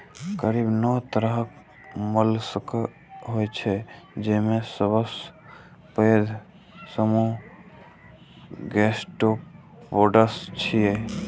करीब नौ तरहक मोलस्क होइ छै, जेमे सबसं पैघ समूह गैस्ट्रोपोड्स छियै